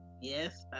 Yes